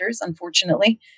unfortunately